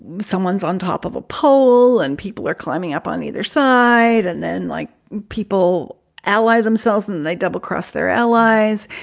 someone's on top of a poll and people are climbing up on the other side and then like people ally themselves and and they double cross their allies.